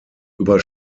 über